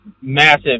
massive